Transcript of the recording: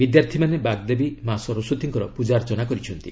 ବିଦ୍ୟାର୍ଥୀମାନେ ବାଗ୍ଦେବୀ ମା' ସରସ୍ପତୀଙ୍କର ପ୍ରଜାର୍ଚ୍ଚନା କରିଛନ୍ତି